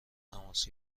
تماس